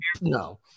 No